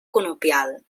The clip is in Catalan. conopial